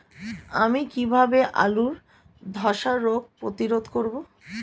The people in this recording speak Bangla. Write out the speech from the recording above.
আমি কিভাবে আলুর ধ্বসা রোগ প্রতিরোধ করব?